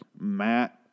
Matt